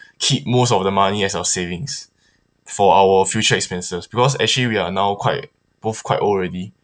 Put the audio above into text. keep most of the money as our savings for our future expenses because actually we are now quite both quite old already